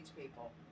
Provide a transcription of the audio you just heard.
people